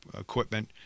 equipment